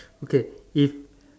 okay if